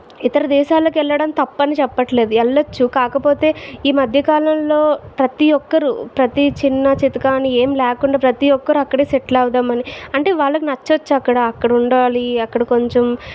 ఇతర దేశాలకు వెళ్లడం తప్పని చెప్పట్లేదు వెళ్లోచ్చు కాకపోతే ఈమధ్య కాలంలో ప్రతి ఒక్కరూ ప్రతి చిన్నచితక అని ఏమి లేకుండా ప్రతి ఒక్కరూ అక్కడే సెటిల్ అవదామని అంటే వాళ్ళకు నచ్చచ్చు అక్కడ అక్కడ ఉండాలి అక్కడ కొంచెం